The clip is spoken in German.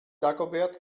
dagobert